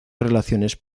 relaciones